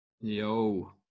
Yo